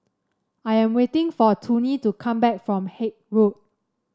I am waiting for Toney to come back from Haig Road